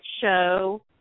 show